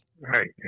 Right